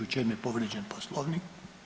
U čemu je povrijeđen Poslovnik?